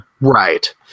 right